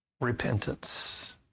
repentance